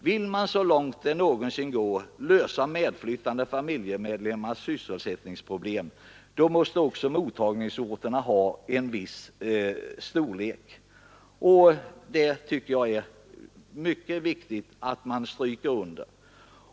Vill man så långt det någonsin går lösa medflyttande familjemedlemmars sysselsättningsproblem, då måste också mottagningsorterna ha en viss storlek. Detta tycker jag är mycket viktigt att man stryker under.